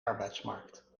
arbeidsmarkt